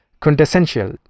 quintessential